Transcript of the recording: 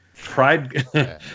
Pride